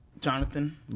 Jonathan